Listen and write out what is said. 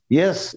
yes